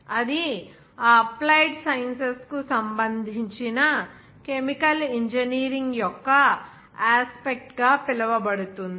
అది ఆ applied sciences కు సంబంధించిన కెమికల్ ఇంజనీరింగ్ యొక్క యాస్పెక్ట్ గా పిలువబడుతుంది